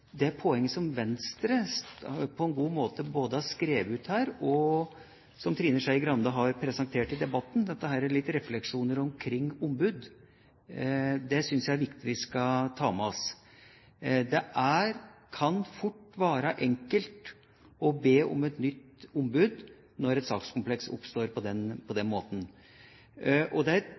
med det poenget som Venstre på en god måte både har skrevet ut her, og som Trine Skei Grande har presentert i debatten – noen refleksjoner omkring ombud. Det syns jeg vi skal ta med oss. Det kan fort være enkelt å be om et nytt ombud når et sakskompleks oppstår på den måten. Det er to problemer knyttet til det: Det ene er demokratiproblemet, forholdet mellom et